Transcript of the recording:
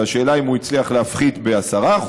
והשאלה אם הוא הצליח להפחית ב-10%,